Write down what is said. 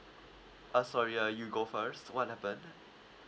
uh sorry uh you go first what happened